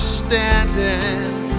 standing